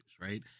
right